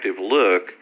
look